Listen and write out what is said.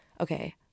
Okay